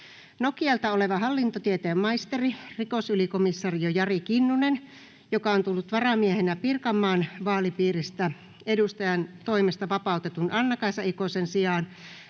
Nokialta oleva hallintotieteiden maisteri, rikosylikomisario Jari Kinnunen, joka on tullut varamiehenä Pirkanmaan vaalipiiristä edustajantoimesta vapautetun Anna-Kaisa Ikosen sijaan,